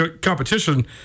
competition